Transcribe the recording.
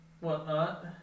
whatnot